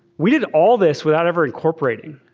we did all this without ever incorporating.